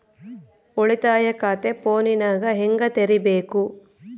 ಉಳಿತಾಯ ಖಾತೆ ಫೋನಿನಾಗ ಹೆಂಗ ತೆರಿಬೇಕು?